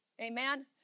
Amen